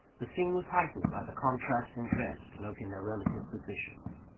the scene was heightened by, the contrast in dress, denoting their relative positions.